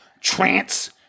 trance